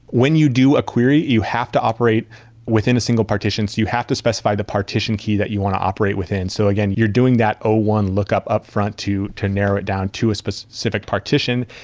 when you do a query, you have to operate within a single partition. so you have to specify the partition key that you want to operate within, so you're doing that ah one lookup upfront to to narrow it down to a specific partition.